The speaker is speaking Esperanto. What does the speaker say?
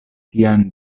tian